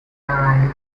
nine